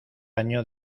año